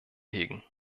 hegen